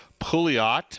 Pouliot